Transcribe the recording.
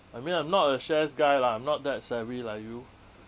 I mean I'm not a shares guy lah I'm not that savvy like you